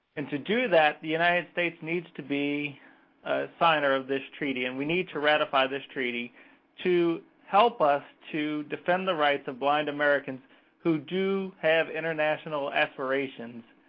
and to do that, the united states needs to be a signer of this treaty. and we need to ratify this treaty to help us to defend the rights of blind americans who do have international aspirations.